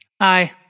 Hi